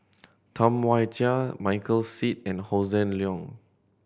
Tam Wai Jia Michael Seet and Hossan Leong